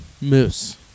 Moose